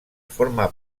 forma